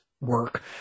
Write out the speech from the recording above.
work